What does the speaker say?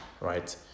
right